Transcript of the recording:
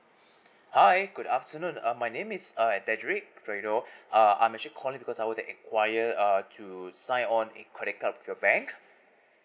hi good afternoon uh my name is uh dedrick fredo uh I'm actually calling because I want to enquire uh to sign on a credit card from your bank